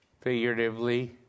figuratively